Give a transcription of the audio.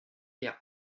les